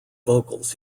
vocals